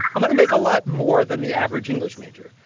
i'm going to make a lot more than the average english major.